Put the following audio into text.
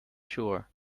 sure